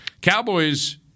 Cowboys